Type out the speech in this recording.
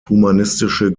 humanistische